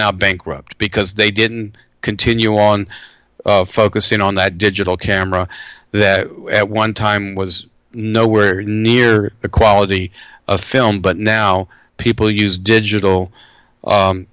now bankrupt because they didn't continue on focusing on that digital camera at one time was nowhere near the quality of film but now people use digital